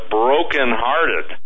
brokenhearted